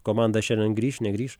komanda šiandien grįš negrįš